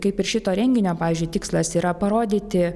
kaip ir šito renginio pavyzdžiui tikslas yra parodyti